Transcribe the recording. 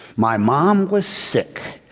my mom was sick,